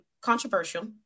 controversial